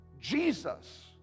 Jesus